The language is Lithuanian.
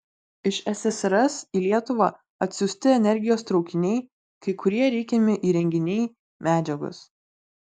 iš ssrs į lietuvą atsiųsti energijos traukiniai kai kurie reikiami įrenginiai medžiagos